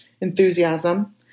enthusiasm